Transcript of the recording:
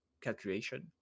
calculation